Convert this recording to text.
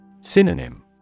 Synonym